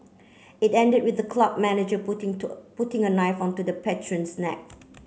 it ended with the club manager putting to putting a knife onto the patron's neck